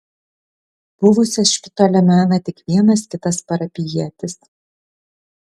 buvusią špitolę mena tik vienas kitas parapijietis